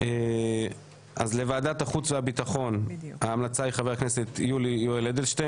לוועדת החוץ והביטחון - חבר הכנסת יולי יואל אדלשטיין,